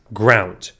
ground